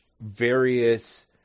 various